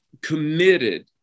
committed